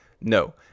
No